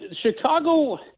Chicago